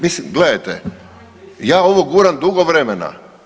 Mislim gledajte, ja ovo guram dugo vremena.